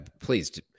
please